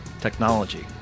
technology